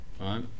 right